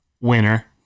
Winner